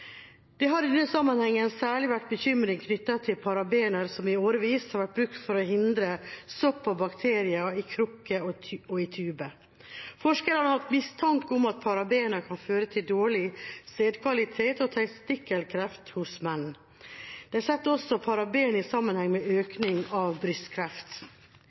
Det har i den sammenheng særlig vært bekymring knyttet til parabener, som i årevis har vært brukt for å hindre sopp og bakterier i krukker og i tuber. Forskerne har hatt mistanke om at parabener kan føre til dårlig sædkvalitet og til testikkelkreft hos menn. De setter også parabener i sammenheng med økning av brystkreft.